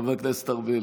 חבר הכנסת ארבל.